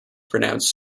pronounced